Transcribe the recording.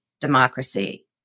democracy